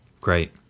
Great